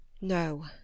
No